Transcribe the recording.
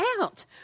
out